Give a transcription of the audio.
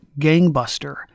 Gangbuster